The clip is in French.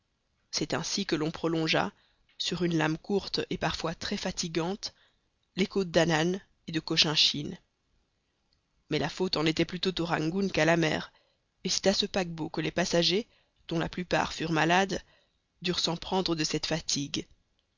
c'est ainsi que l'on prolongea sur une lame courte et parfois très fatigante les côtes d'annam et de cochinchine mais la faute en était plutôt au rangoon qu'à la mer et c'est à ce paquebot que les passagers dont la plupart furent malades durent s'en prendre de cette fatigue